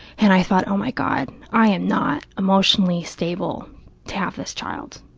and i thought, oh, my god, i am not emotionally stable to have this child,